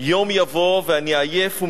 יום יבוא, ואני עייף ומיוגע,